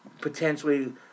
potentially